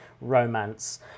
romance